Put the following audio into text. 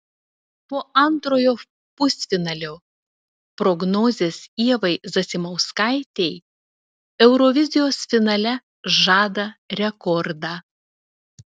po antrojo pusfinalio prognozės ievai zasimauskaitei eurovizijos finale žada rekordą